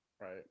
Right